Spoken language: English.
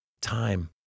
time